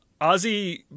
Ozzy